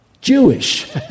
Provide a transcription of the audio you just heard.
Jewish